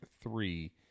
three